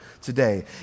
today